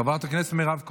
חברת הכנסת מירב כהן,